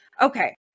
okay